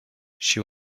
she